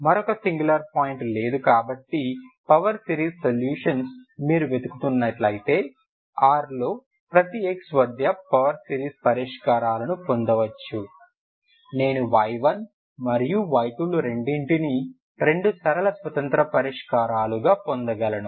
మరొక singular point లేదు కాబట్టి పవర్ సిరీస్ సొల్యూషన్స్ మీరు వెతుకుతున్నట్లయితే R లో ప్రతి x వద్ద పవర్ సిరీస్ పరిష్కారాలను పొందవచ్చు నేను y1 మరియు y2 లు రెండింటినీ రెండు సరళ స్వతంత్ర పరిష్కారాలుగా పొందగలను